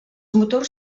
motors